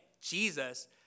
Jesus